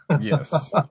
Yes